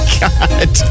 god